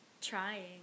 trying